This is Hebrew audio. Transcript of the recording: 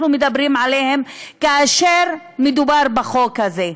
אנחנו מדברים עליהם כאשר מדובר בחוק הזה.